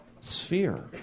sphere